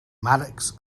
maddox